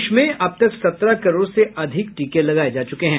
देश में अब तक सत्रह करोड़ से अधिक टीके लगाये जा चुके हैं